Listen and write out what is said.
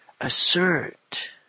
assert